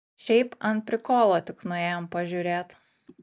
šiaip ant prikolo tik nuėjom pažiūrėt